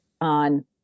on